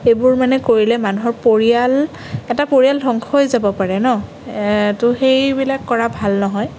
এইবোৰ মানে কৰিলে মানুহৰ পৰিয়াল এটা পৰিয়াল ধংস হৈ যাব পাৰে ন ত' সেইবিলাক কৰা ভাল নহয়